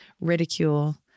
ridicule